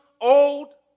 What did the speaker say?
old